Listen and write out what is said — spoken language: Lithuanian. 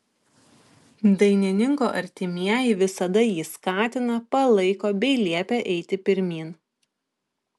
dainininko artimieji visada jį skatina palaiko bei liepia eiti pirmyn